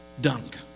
dunk